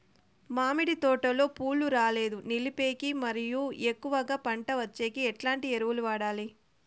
మామిడి తోటలో పూలు రాలేదు నిలిపేకి మరియు ఎక్కువగా పంట వచ్చేకి ఎట్లాంటి ఎరువులు వాడాలి?